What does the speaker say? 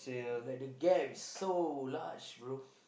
like the gap is so large bro